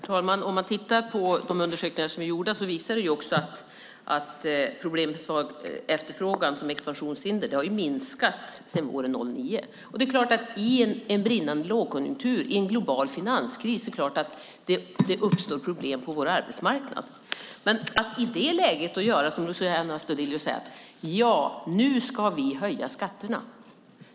Herr talman! De undersökningar som är gjorda visar att problemen med svag efterfrågan som expansionshinder har minskat sedan våren 2009. Men i en brinnande lågkonjunktur, som Luciano Astudillo uttryckte det, och i en global finanskris är det klart att det uppstår problem på vår arbetsmarknad. Men i detta läge säger Luciano Astudillo att man ska höja skatterna.